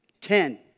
Ten